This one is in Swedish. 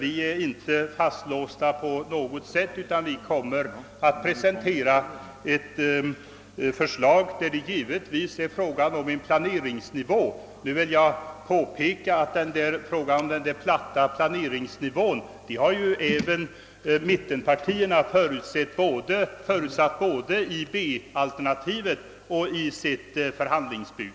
Vi är inte fastlåsta på något sätt, utan vi kommer att presentera ett förslag, där det givetvis är fråga om en viss planeringsnivå. Jag vill påpeka att även mittenpartierna förutsatt en platt planeringsnivå både i B-alternativet och i sitt förhandlingsbud.